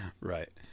Right